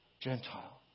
Gentile